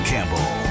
Campbell